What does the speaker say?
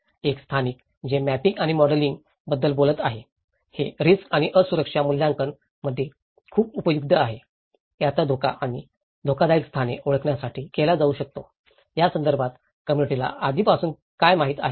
एक स्थानिक जे मॅपिंग आणि मॉडेलिंग बद्दल बोलत आहे हे रिस्क आणि असुरक्षा मूल्यांकन मध्ये खूप उपयुक्त आहे याचा धोका आणि धोकादायक स्थाने ओळखण्यासाठी केला जाऊ शकतो यासंदर्भात कम्म्युनिटीाला आधीपासून काय माहित आहे